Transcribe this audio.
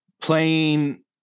playing